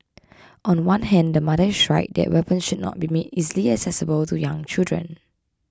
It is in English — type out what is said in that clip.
on one hand the mother is right that weapons should not be made easily accessible to young children